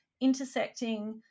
intersecting